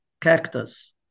cactus